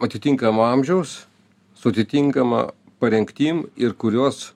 atitinkamo amžiaus su atitinkama parengtim ir kuriuos